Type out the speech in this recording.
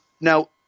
now